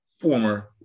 former